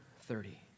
thirty